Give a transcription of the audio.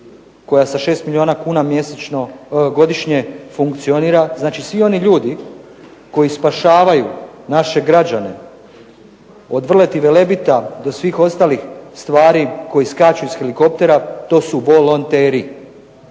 koja sa 6 milijuna kuna godišnje funkcionira, znači svi oni ljudi koji spašavaju naše građane od vrleti Velebita do svih ostalih stvari koji skaču iz helikoptera, to su volonteri.